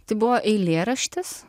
tai buvo eilėraštis